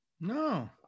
No